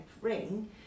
ring